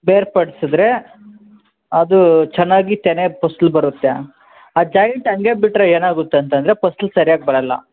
ಬೇರ್ಪಡ್ಸಿದ್ರೆ ಅದು ಚೆನ್ನಾಗಿ ತೆನೆ ಫಸ್ಲು ಬರುತ್ತೆ ಆ ಜಾಯಿಂಟ್ ಹಂಗೆ ಬಿಟ್ಟರೆ ಏನಾಗುತ್ತೆ ಅಂತಂದರೆ ಫಸ್ಲು ಸರಿಯಾಗಿ ಬರಲ್ಲ